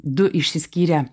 du išsiskyrę